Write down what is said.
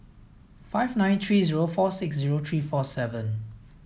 five nine three zero four six zero three four seven